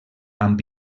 amb